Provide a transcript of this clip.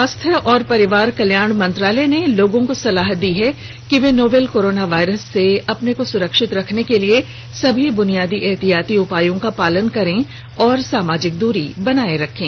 स्वास्थ्य और परिवार कल्याण मंत्रालय ने लोगों को सलाह दी है कि वे नोवल कोरोना वायरस से अपने को सुरक्षित रखने के लिए सभी बुनियादी एहतियाती उपायों का पालन करें और सामाजिक दूरी बनाए रखें